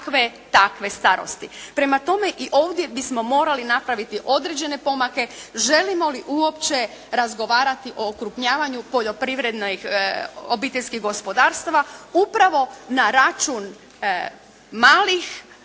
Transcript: takve starosti. Prema tome, i ovdje bismo morali napraviti određene pomake želimo li uopće razgovarati o okrupnjavanju poljoprivrednih obiteljskih gospodarstava upravo na račun malih